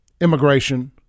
immigration